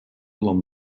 along